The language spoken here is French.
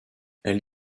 elle